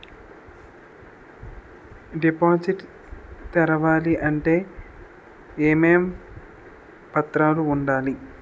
Deposit తెరవాలి అంటే ఏమేం పత్రాలు ఉండాలి?